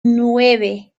nueve